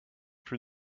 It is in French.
plus